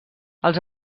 els